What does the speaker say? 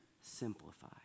simplify